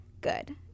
good